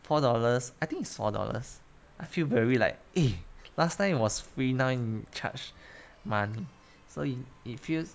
four dollars I think is four dollars I feel very like eh last time it was free now need charge money so it it feels